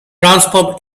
transform